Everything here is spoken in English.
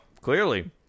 clearly